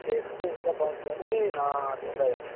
చేస్తే ఇంకా బాగుంటుందనీ నా అభిప్రాయం